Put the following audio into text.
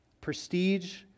prestige